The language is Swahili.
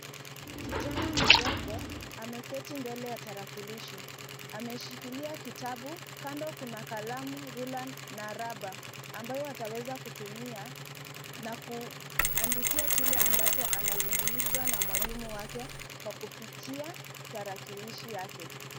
Kijana mdogo ameketi mbele ya tarakilishi. Ameshikilia kitabu, kando kuna kalamu, rula na raba ambayo ataweza kutumia na kuandikia kile ambacho anazungumza na mwalimu wake kwa kupitia tarakilishi yake.